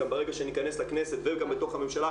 גם ברגע שניכנס לכנסת וגם לתוך הממשלה,